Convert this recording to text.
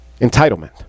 Entitlement